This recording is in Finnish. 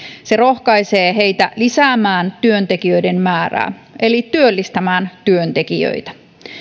se rohkaisee heitä lisäämään työntekijöiden määrää eli työllistämään työntekijöitä